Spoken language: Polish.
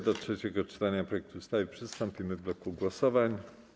Do trzeciego czytania projektu ustawy przystąpimy w bloku głosowań.